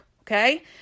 okay